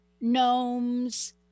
gnomes